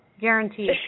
guaranteed